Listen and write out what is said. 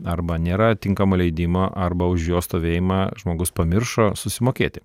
arba nėra tinkamo leidimo arba už jo stovėjimą žmogus pamiršo susimokėti